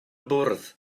bwrdd